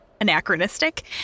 anachronistic